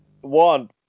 One